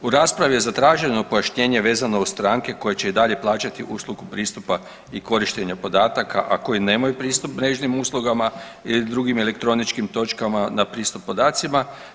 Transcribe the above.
U raspravi je zatraženo pojašnjenje vezano uz stranke koje će i dalje plaćati uslugu pristupa i korištenja podataka, a koji nemaju pristup mrežnim uslugama i drugim elektroničkim točkama na pristup podacima.